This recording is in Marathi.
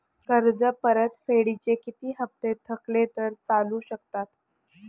कर्ज परतफेडीचे किती हप्ते थकले तर चालू शकतात?